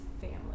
family